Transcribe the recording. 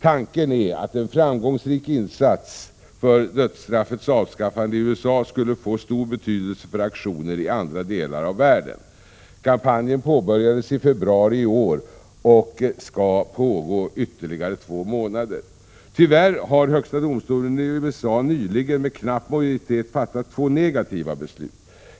Tanken är att en framgångsrik insats för dödsstraffets avskaffande i USA skulle få stor betydelse för aktioner i andra delar av världen. Kampanjen påbörjades i februari i år och skall pågå ytterligare två månader. Tyvärr har högsta domstolen i USA nyligen med knapp majoritet fattat två negativa beslut.